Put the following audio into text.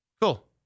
Cool